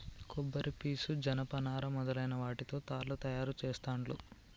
కొబ్బరి పీసు జనప నారా మొదలైన వాటితో తాళ్లు తయారు చేస్తాండ్లు